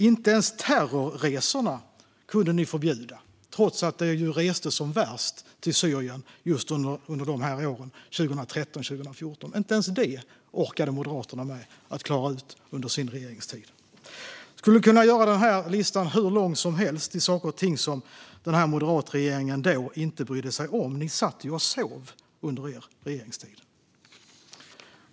Inte ens terrorresorna kunde ni förbjuda, trots att det restes som värst till Syrien under åren 2013-2014. Inte ens det orkade Moderaterna klara ut under sin regeringstid. Jag skulle kunna göra listan hur lång som helst med frågor som den moderatledda regeringen då inte brydde sig om. Ni satt och sov under er regeringstid.